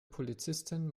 polizistin